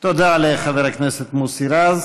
תודה לחבר הכנסת מוסי רז.